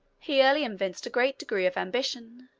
he early evinced a great degree of ambition.